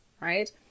right